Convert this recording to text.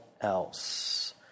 else